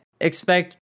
expect